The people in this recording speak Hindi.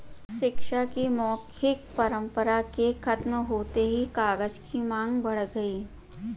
शिक्षा की मौखिक परम्परा के खत्म होते ही कागज की माँग बढ़ गई